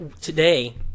today